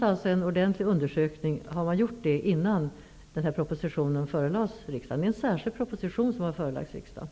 Har alltså en ordentlig undersökning gjorts innan den särskilda propositionen i detta sammanhang förelades riksdagen?